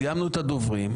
סיימנו את הדוברים,